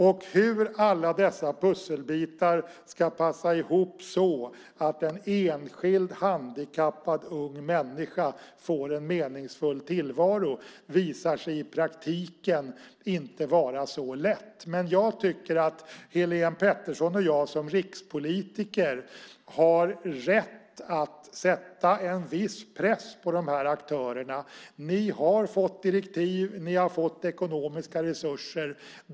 Att få alla dessa pusselbitar att passa ihop så att en enskild handikappad ung människa får en meningsfull tillvaro visar sig i praktiken inte vara så lätt. Men jag tycker att Helene Petersson och jag som rikspolitiker har rätt att sätta en viss press på de här aktörerna: Ni har fått direktiv, ni har fått ekonomiska resurser.